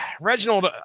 Reginald